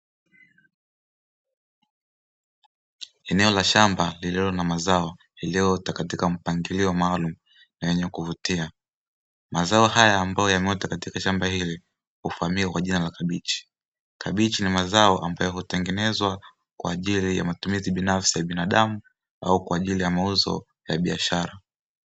Eneo la Shamba lililo na mazao, yaliyoota katika mpangilio maalumu na yenye kuvutia, mazao haya ambayo yameota katika shamba hili hufaamika kwa jina la kabichi, kabichi ni mazao ambayo hutengenezwa kwa ajili ya matumizi binafsi ya binadamu au kwa ajili ya mauzo ya biashara.